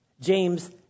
James